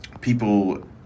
people